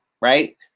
right